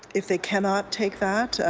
if they cannot take that,